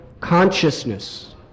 consciousness